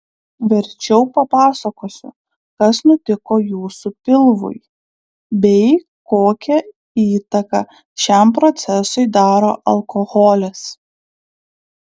verčiau papasakosiu kas nutiko jūsų pilvui bei kokią įtaką šiam procesui daro alkoholis